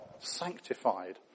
Sanctified